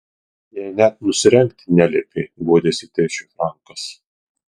jai net nusirengti neliepė guodėsi tėčiui frankas